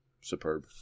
superb